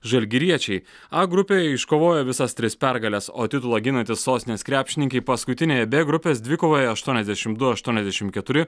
žalgiriečiai a grupėje iškovojo visas tris pergales o titulą ginantys sostinės krepšininkai paskutinėje b grupės dvikovoje aštuoniasdešimt du aštuoniasdešimt keturi